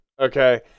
Okay